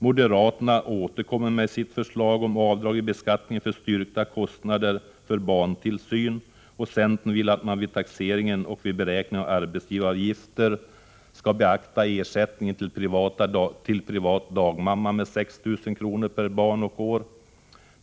Moderaterna återkommer med sitt förslag om avdrag vid beskattningen för styrkta kostnader för barntillsyn, och centern vill att man vid taxeringen och vid beräkningen av arbetsgivaravgifter skall beakta ersättning till privat dagmamma med 6 000 kr. per barn och år.